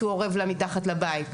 הוא אורב לה מתחת לבית,